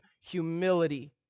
humility